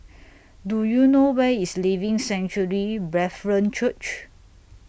Do YOU know Where IS Living Sanctuary Brethren Church